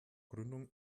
gründung